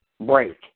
break